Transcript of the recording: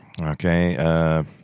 Okay